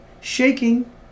shaking